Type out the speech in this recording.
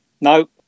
No